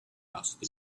asked